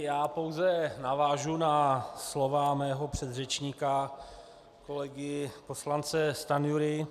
Já pouze navážu na slova svého předřečníka kolegy poslance Stanjury.